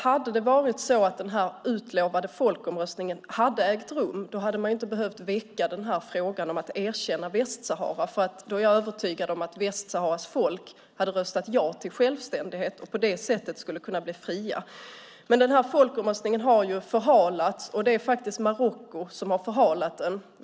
Om den utlovade folkomröstningen hade ägt rum hade inte frågan om att erkänna Västsahara behövt väckas. Jag är övertygad om att Västsaharas folk hade röstat ja till självständighet och på det sättet blivit fria. Folkomröstningen har förhalats. Det är faktiskt Marocko som har förhalat den.